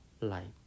life